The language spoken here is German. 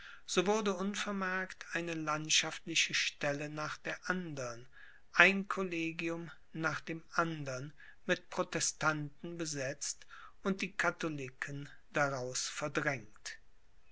so wurde unvermerkt eine landschaftliche stelle nach der andern ein collegium nach dem andern mit protestanten besetzt und die katholiken daraus verdrängt